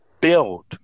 build